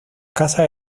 casas